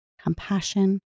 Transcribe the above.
compassion